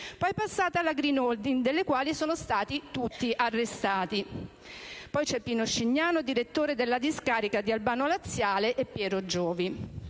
poi passata alla Green Holding della quale sono stati tutti arrestati; vi sono poi Pino Sicignano, direttore della discarica di Albano Laziale, e Piero Giovi.